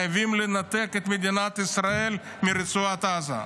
חייבים לנתק את מדינת ישראל מרצועת עזה.